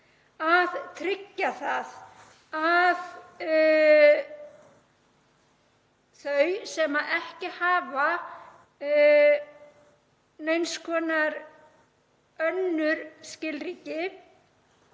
að tryggja það að þau sem ekki hafa neins konar önnur skilríki